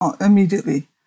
immediately